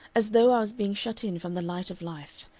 as though i was being shut in from the light of life,